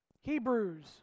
Hebrews